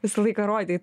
visą laiką rodei